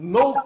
no